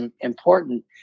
important